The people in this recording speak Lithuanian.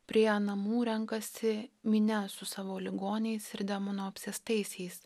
prie namų renkasi minia su savo ligoniais ir demonų apsėstaisiais